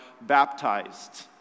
baptized